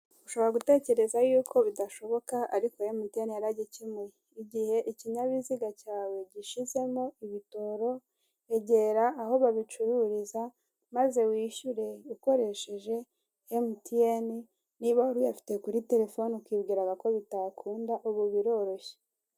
Ushobora gutekereza yuko bidashoboka ariko emutiyeni yaragikemuye, igihe ikinyabiziga cyawe gishizemo ibitoro egera aho babicururiza maze wishyure ukoresheje emutiyeni niba wari uyafite kuri terefone ukibwiraga ko bitakunda ubu biroroshye.